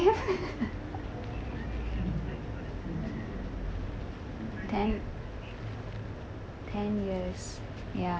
ten ten years ya